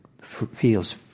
feels